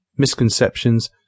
misconceptions